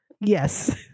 yes